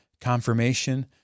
confirmation